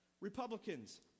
Republicans